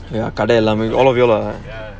ya கடைஎல்லாமே:kadai ellame all of you lah